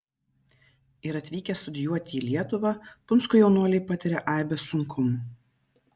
ir atvykę studijuoti į lietuvą punsko jaunuoliai patiria aibes sunkumų